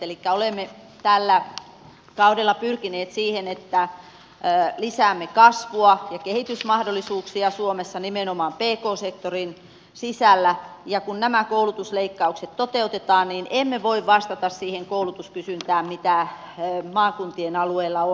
elikkä olemme tällä kaudella pyrkineet siihen että lisäämme kasvua ja kehitysmahdollisuuksia suomessa nimenomaan pk sektorin sisällä ja kun nämä koulutusleikkaukset toteutetaan niin emme voi vastata siihen koulutuskysyntään mitä maakuntien alueella on